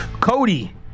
Cody